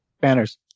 banners